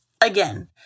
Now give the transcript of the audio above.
Again